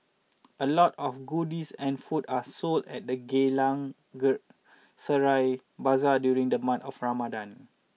a lot of goodies and food are sold at the Geylang Serai Bazaar during the month of Ramadan